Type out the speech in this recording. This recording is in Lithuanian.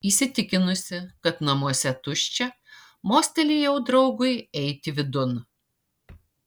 įsitikinusi kad namuose tuščia mostelėjau draugui eiti vidun